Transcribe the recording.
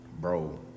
bro